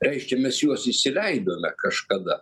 reiškia mes juos įsileidome kažkada